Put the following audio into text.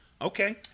Okay